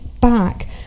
back